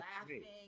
laughing